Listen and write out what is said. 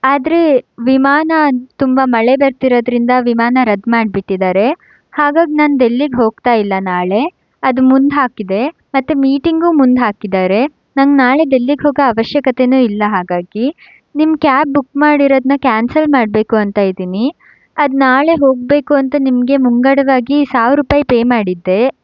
ಆದರೆ ವಿಮಾನ ತುಂಬ ಮಳೆ ಬರ್ತಿರೋದ್ರಿಂದ ವಿಮಾನ ರದ್ದು ಮಾಡಿಬಿಟ್ಟಿದ್ದಾರೆ ಹಾಗಾಗಿ ನಾನು ಡೆಲ್ಲಿಗೆ ಹೋಗ್ತಾ ಇಲ್ಲ ನಾಳೆ ಅದು ಮುಂದೆ ಹಾಕಿದೆ ಮತ್ತು ಮೀಟಿಂಗೂ ಮುಂದೆ ಹಾಕಿದ್ದಾರೆ ನನಗೆ ನಾಳೆ ಡೆಲ್ಲಿಗೆ ಹೋಗೋ ಅವಶ್ಯಕತೆಯೇ ಇಲ್ಲ ಹಾಗಾಗಿ ನಿಮ್ಮ ಕ್ಯಾಬ್ ಬುಕ್ ಮಾಡಿರೋದನ್ನ ಕ್ಯಾನ್ಸಲ್ ಮಾಡಬೇಕು ಅಂತ ಇದ್ದೀನಿ ಅದು ನಾಳೆ ಹೋಗಬೇಕು ಅಂತ ನಿಮಗೆ ಮುಂಗಡವಾಗಿ ಸಾವಿರ ರೂಪಾಯಿ ಪೇ ಮಾಡಿದ್ದೆ